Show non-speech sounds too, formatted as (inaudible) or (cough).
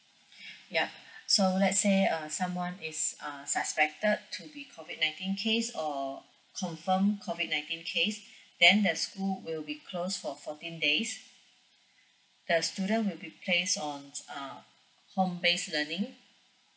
(breath) yup (breath) so let's say err someone is err suspected to be COVID nineteen case or confirmed COVID nineteen case then the school will be closed for fourteen days the student will be placed on uh home based learning